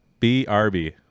brb